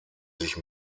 sich